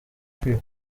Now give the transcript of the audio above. kwiba